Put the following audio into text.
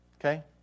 Okay